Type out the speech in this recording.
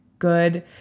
good